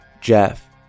Jeff